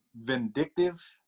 vindictive